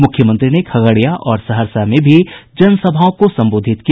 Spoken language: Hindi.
मुख्यमंत्री ने खगड़िया और सहरसा में भी जनसभाओं को संबोधित किया